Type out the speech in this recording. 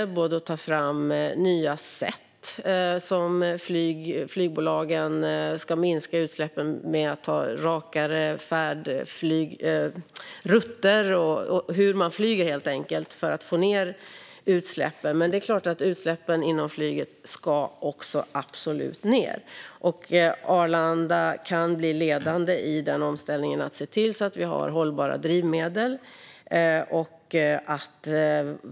Vi måste ta fram nya sätt för flygbolagen att minska utsläppen, exempelvis rakare flygrutter - se på hur man flyger, helt enkelt. Utsläppen inom flyget ska absolut ned. Och Arlanda kan bli ledande i den omställningen genom att se till att vi har hållbara drivmedel.